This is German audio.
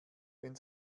wenn